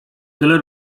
tyle